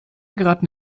geraten